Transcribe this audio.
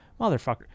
motherfucker